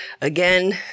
again